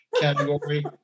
category